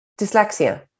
dyslexia